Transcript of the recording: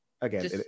again